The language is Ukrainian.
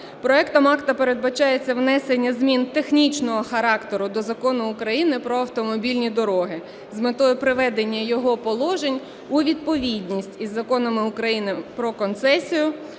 Проектом акта передбачається внесення змін технічного характеру до Закону України "Про автомобільні дороги" з метою приведення його положень у відповідність із законами України: "Про концесію",